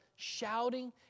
Shouting